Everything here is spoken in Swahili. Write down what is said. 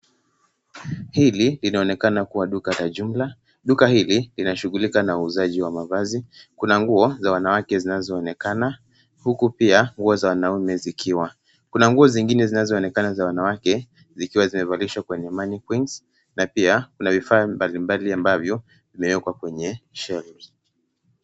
Hili linaonekana kuwa duka la jumla. Duka hili linashughulika na uuzaji wa mavazi . Kuna nguo za wanawake zinazoonekana huku pia nguo za wanaume zikiwa. Kuna nguo zingine zinazoonekana za wanawake zikiwa zimevalishwa kwenye mannequinns na pia kuna vifaa mbalimbali ambavyo vimewekwa kwenye shelves .